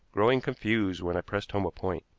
growing confused when i pressed home a point.